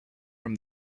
from